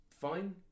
fine